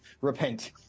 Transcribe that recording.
repent